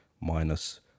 minus